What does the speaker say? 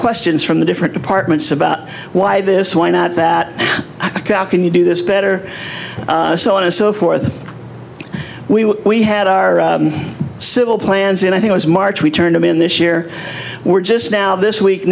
questions from the different departments about why this why not that i can you do this better so on and so forth we we had our civil plans and i think as march we turned him in this year we're just now this week